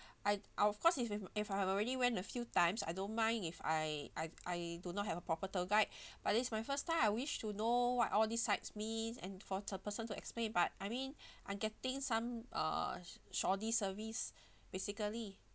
I ah of course if if if I have already went a few times I don't mind if I I I do not have a proper tour guide but this is my first time I wish to know what all these site means and for the person to explain but I mean I'm getting some uh shoddy service basically